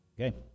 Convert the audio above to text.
Okay